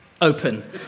open